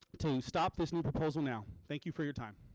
to stop this and proposal now. thank you for your time.